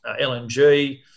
LNG